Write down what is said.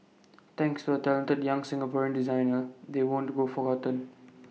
thanks to A talented young Singaporean designer they won't go forgotten